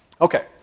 Okay